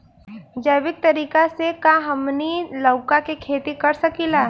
जैविक तरीका से का हमनी लउका के खेती कर सकीला?